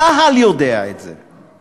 צה"ל יודע את זה,